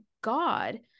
God